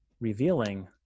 Revealing